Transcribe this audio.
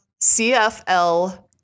CFL